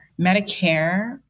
Medicare